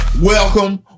welcome